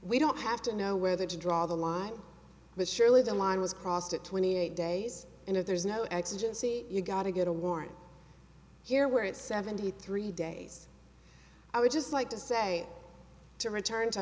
we don't have to know whether to draw the line but surely the line was crossed at twenty eight days and if there's no exigency you've got to get a warrant here where it's seventy three days i would just like to say to return to